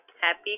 Happy